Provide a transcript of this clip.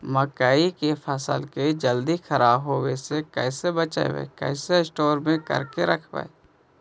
मकइ के फ़सल के जल्दी खराब होबे से कैसे बचइबै कैसे स्टोर करके रखबै?